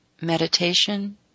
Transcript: meditation